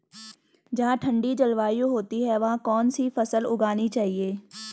जहाँ ठंडी जलवायु होती है वहाँ कौन सी फसल उगानी चाहिये?